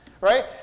Right